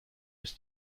ist